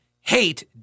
hate